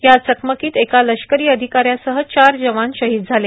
या चकमकीत एका लष्करी अधिकाऱ्यासह चार जवान शहीद झाले